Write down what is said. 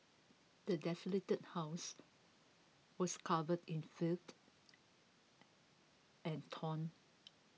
the desolated house was covered in filth and ton